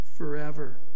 forever